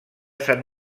sant